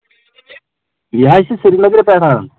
یہِ حظ چھِ سرینگرٕ پٮ۪ٹھ حظ